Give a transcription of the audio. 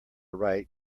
right